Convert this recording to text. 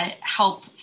help